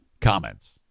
Comments